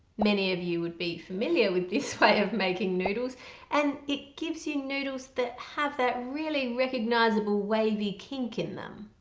many of you would be familiar with this way of making noodles and it gives you noodles that have that really recognizable wavy kink in them.